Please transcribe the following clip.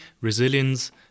resilience